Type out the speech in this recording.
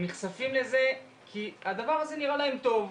הם נחשפים לזה כי הדבר הזה נראה להם טוב,